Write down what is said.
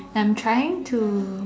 I'm trying to